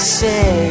say